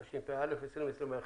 התשפ"ט-2021.